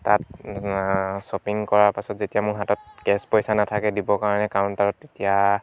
তাত শ্বপিং কৰাৰ পাছত যেতিয়া মোৰ হাতত কেচ পইচা নাথাকে দিব কাৰণে কাৰণ তাত তেতিয়া